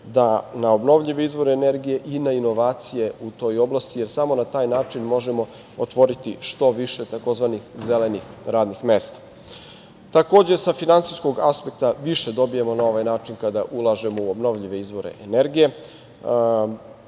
na obnovljive izvore energije i na inovacije u toj oblasti, jer samo na taj način možemo otvoriti što više tzv. zelenih radnih mesta. Takođe, sa finansijskog aspekta više dobijamo na ovaj način kada ulažemo u obnovljive izvore energije,